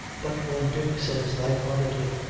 but when dick says light-heartedly,